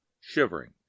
shivering